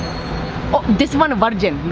this one virgin.